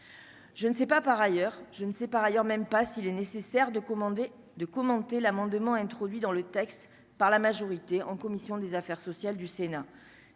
je ne sais pas, par ailleurs, je ne sais par ailleurs même pas s'il est nécessaire de commander, de commenter l'amendement introduit dans le texte par la majorité en commission des affaires sociales du Sénat,